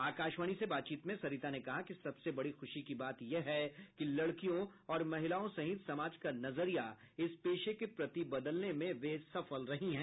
आकाशवाणी से बातचीत में सरिता ने कहा कि सबसे बड़ी खुशी की बात यह है कि लड़कियों और महिलाओं सहित समाज का नजरिया इस पेशे के प्रति बदलने में वे सफल रही हैं